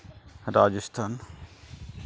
Rajasthan